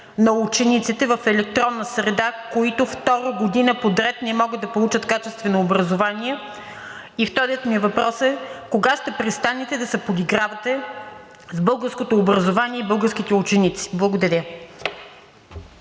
на учениците в електронна среда, които втора година подред не могат да получат качествено образование? И вторият ми въпрос е: кога ще престанете да се подигравате с българското образование и българските ученици? Благодаря.